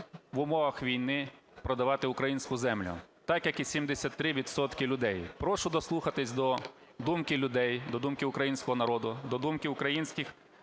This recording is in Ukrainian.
в умовах війни продавати українську землю, так як і 73 відсотки людей. Прошу дослухатись до думки людей, до думки українського народу, до думки українських